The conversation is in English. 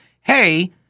Hey